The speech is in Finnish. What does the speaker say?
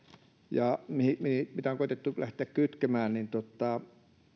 mitä on koetettu lähteä kitkemään